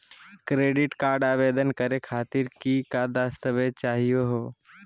Credit card आवेदन करे खातीर कि क दस्तावेज चाहीयो हो?